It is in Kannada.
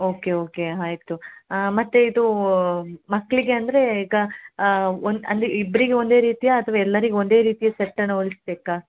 ಓಕೆ ಓಕೆ ಆಯ್ತು ಮತ್ತು ಇದೂ ಮಕ್ಕಳಿಗೆ ಅಂದರೆ ಈಗ ಒಂದು ಅಂದರೆ ಇಬ್ಬರಿಗೆ ಒಂದೇ ರೀತಿಯ ಅಥ್ವ ಎಲ್ಲರಿಗೆ ಒಂದೇ ರೀತಿಯ ಸೆಟ್ಟನ್ನು ಹೊಲಿಸ್ಬೇಕಾ